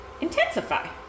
intensify